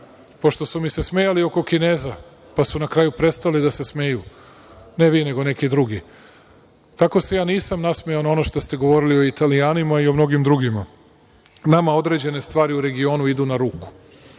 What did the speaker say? pošto su mi se smejali oko Kineza, pa su na kraju prestali da mi se smeju, ne vi nego neki drugi, kako se ja nisam nasmejao na ono što ste govorili o Italijanima i o mnogim drugima. Nama određene stvari u regionu idu na ruku.